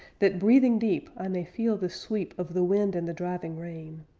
that, breathing deep, i may feel the sweep of the wind and the driving rain.